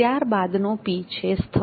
ત્યારબાદનો P છે સ્થળ